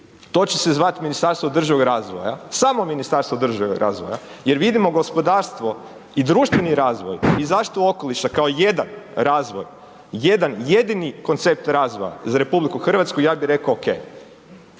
to će se zvati ministarstvo održivog razvoja, samo ministarstvo održivog razvoja, jer vidimo, gospodarstvo i društveni razvoj i zaštitu okoliša kao jedan razvoj, jedan jedini koncept razvoja za RH, ja bih rekao oke.